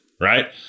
right